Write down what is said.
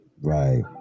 Right